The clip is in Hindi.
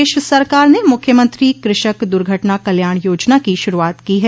प्रदेश सरकार ने मुख्यमंत्री कृषक दुर्घटना कल्याण योजना की शुरूआत की है